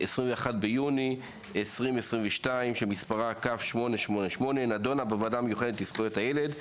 21 ביולי 2022. מספרה כ/888 והיא נדונה בוועדה המיוחדת לזכויות הילד,